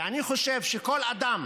ואני חושב שכל אדם